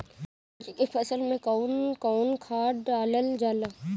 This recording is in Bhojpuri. रागी के फसल मे कउन कउन खाद डालल जाला?